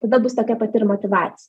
tada bus tokia pati ir motyvac